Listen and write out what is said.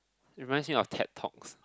you remind me of Tetox